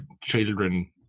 children